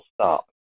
stop